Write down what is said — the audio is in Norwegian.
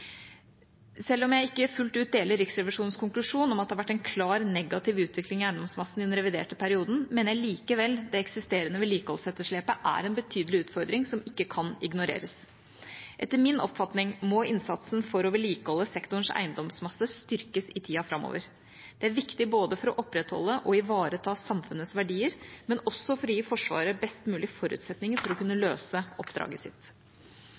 Selv om jeg ikke fullt ut deler Riksrevisjonens konklusjon om at det har vært en klar negativ utvikling i eiendomsmassen i den reviderte perioden, mener jeg likevel det eksisterende vedlikeholdsetterslepet er en betydelig utfordring som ikke kan ignoreres. Etter min oppfatning må innsatsen for å vedlikeholde sektorens eiendomsmasse styrkes i tida framover. Det er viktig både for å opprettholde og ivareta samfunnets verdier og også for å gi Forsvaret best mulig forutsetninger for å kunne løse oppdraget sitt.